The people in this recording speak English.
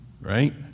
Right